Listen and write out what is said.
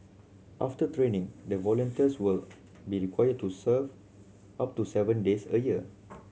after training the volunteers will be required to serve up to seven days a year